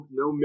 no